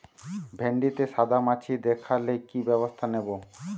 ভিন্ডিতে সাদা মাছি দেখালে কি ব্যবস্থা নেবো?